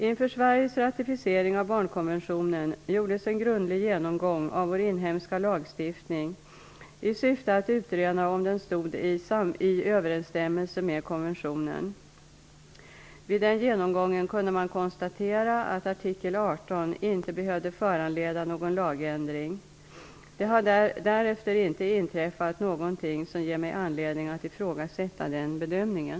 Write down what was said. Inför Sveriges ratificering av barnkonventionen gjordes en grundlig genomgång av vår inhemska lagstiftning i syfte att utröna om den stod i överensstämmelse med konventionen . Vid den genomgången kunde man konstatera att artikel 18 inte behövde föranleda någon lagändring. Det har därefter inte inträffat någonting som ger mig anledning att ifrågasätta den bedömningen.